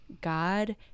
God